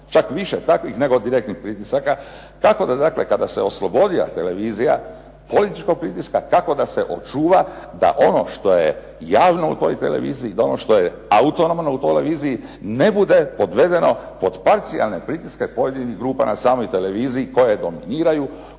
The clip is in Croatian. čak više takvih nego direktnih pritisaka. Tako da dakle kada se oslobodila televizija političkog pritiska tako da se očuva da ono što je javno u toj televiziji, da ono što je autonomno u toj televiziji ne bude podvedeno pod parcijalne pritiske pojedinih grupa na samoj televiziji koje dominiraju,